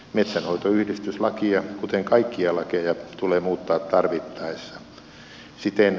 metsänhoitoyhdistyslakia kuten kaikkia lakeja tulee muuttaa tarvittaessa